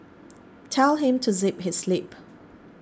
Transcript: tell him to zip his lip